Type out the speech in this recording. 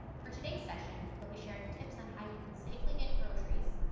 for today's session, they'll be sharing tips on how you can safely get groceries,